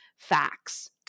Facts